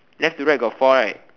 left to right got four right